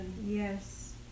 Yes